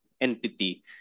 entity